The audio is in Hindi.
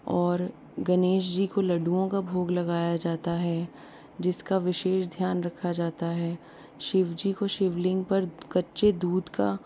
और गणेश जी को लड्डुओं का भोग लगाया जाता है जिसका विशेष ध्यान रखा जाता है शिवजी को शिवलिंग पर कच्चे दूध का